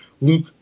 Luke